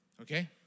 Okay